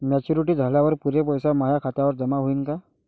Maturity झाल्यावर पुरे पैसे माया खात्यावर जमा होईन का?